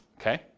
Okay